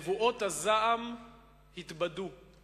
נבואות הזעם התבדו.